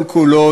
כל-כולו,